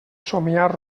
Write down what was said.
somiar